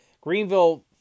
Greenville